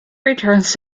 returns